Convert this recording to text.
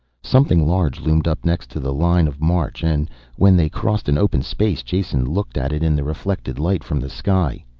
something large loomed up next to the line of march, and when they crossed an open space jason looked at it in the reflected light from the sky.